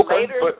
later